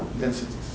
densities